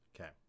Okay